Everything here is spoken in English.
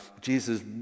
Jesus